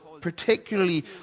particularly